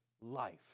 life